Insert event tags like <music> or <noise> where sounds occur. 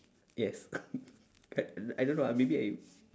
yes <laughs> but I don't know ah maybe I